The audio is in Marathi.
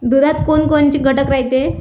दुधात कोनकोनचे घटक रायते?